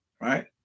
Right